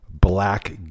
Black